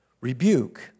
Rebuke